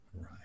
right